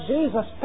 Jesus